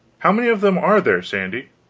how many of them are there, sandy?